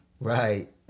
Right